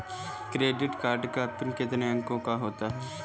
Credit card का PIN कितने अंकों का होता है?